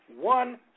One